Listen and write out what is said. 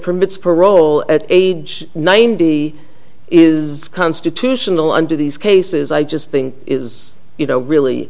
permits parole at age ninety is constitutional under these cases i just think is you know